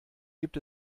gibt